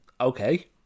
okay